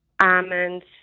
almonds